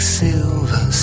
silver